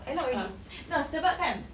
ah no sebab kan